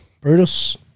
Brutus